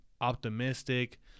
optimistic